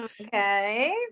Okay